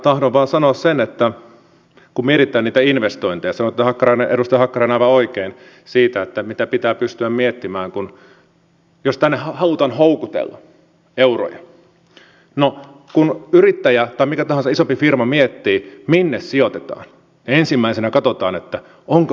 tahdon vain sanoa sen että kun mietitään niitä investointeja sanoitte edustaja hakkarainen aivan oikein mitä pitää pystyä miettimään niin jos tänne halutaan houkutella euroja niin kun yrittäjä tai mikä tahansa isompi firma miettii minne sijoitetaan ensimmäisenä katsotaan että onko meidän tuotteellemme kysyntää